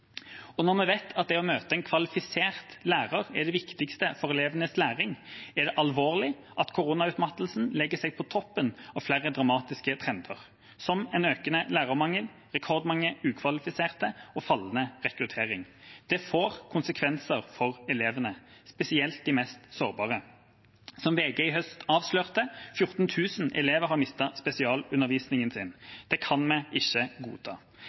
Og når vi vet at det å møte en kvalifisert lærer er det viktigste for elevenes læring, er det alvorlig at koronautmattelsen legger seg på toppen av flere dramatiske trender, som en økende lærermangel, rekordmange ukvalifiserte og fallende rekruttering. Det får konsekvenser for elevene, spesielt de mest sårbare. Som VG i høst avslørte: 14 000 elever har mistet spesialundervisningen sin. Det kan vi ikke godta.